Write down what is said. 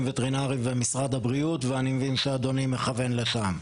וטרינריים ומשרד הבריאות ואני מבין שאדוני מכוון לשם.